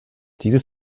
dieses